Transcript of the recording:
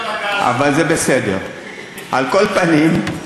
על כל פנים,